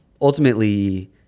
Ultimately